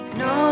no